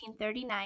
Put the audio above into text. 1939